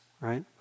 right